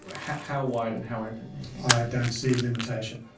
how wide and how open? i don't see limitation.